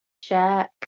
check